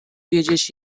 wiedzieć